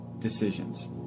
decisions